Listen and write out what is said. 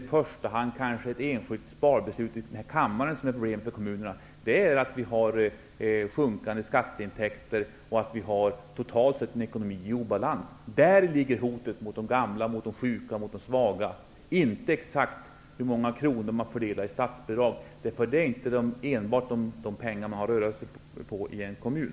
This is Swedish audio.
I första hand är det nog inte ett enskilt sparbeslut i denna kammare som är ett problem för kommunerna, utan problemet är de minskande skatteintäkterna och ekonomin, som totalt sett är i obalans. Där finns hotet mot de gamla, sjuka och svaga. Det handlar alltså inte om exakt hur många kronor som fördelas i statsbidrag. Det är ju inte enbart de pengarna en kommun har att röra sig med.